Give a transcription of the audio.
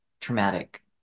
traumatic